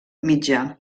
mitjà